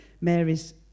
Mary's